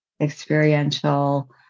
experiential